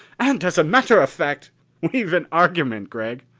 and as a matter of fact we've an argument, gregg,